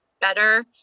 better